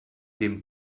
dem